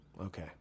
Okay